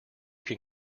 can